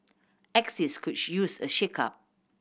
axis could use a shakeup